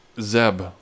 Zeb